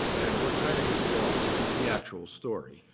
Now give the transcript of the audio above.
and what kind of gets lost is the actual story.